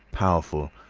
powerful,